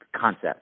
concept